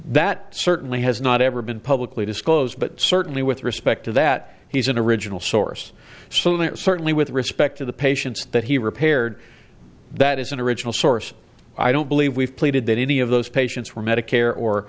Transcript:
that certainly has not ever been publicly disclosed but certainly with respect to that he's an original source solent certainly with respect to the patients that he repaired that is an original source i don't believe we've pleaded that any of those patients were medicare or